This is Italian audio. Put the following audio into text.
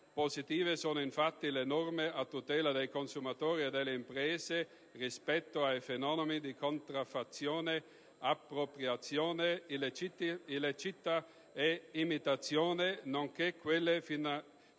Positive sono infatti le norme a tutela dei consumatori e delle imprese rispetto ai fenomeni di contraffazione, appropriazione illegittima e imitazione, nonché quelle finalizzate